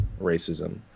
racism